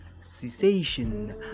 cessation